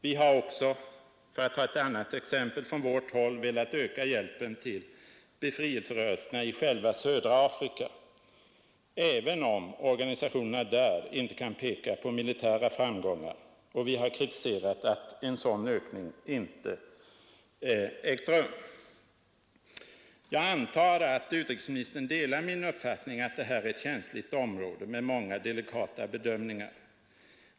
Vi har också, för att ta ett annat exempel, från vårt håll velat öka hjälpen till befrielserörelserna i södra Afrika, även om organisationerna där inte kan peka på militära framgångar, och vi har kritiserat att en sådan ökning inte ägt rum. Jag antar att utrikesministern delar min uppfattning att det här är ett känsligt område med många och delikata bedömningar.